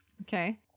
Okay